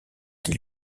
des